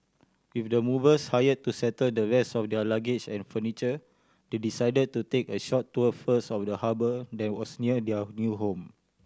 with the movers hire to settle the rest of their luggage and furniture they decided to take a short tour first of the harbour that was near their new home